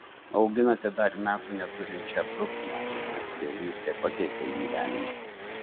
auginate dar metų neturinčią bruknę ar tėvystė pakeitė gyvenimą